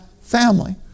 family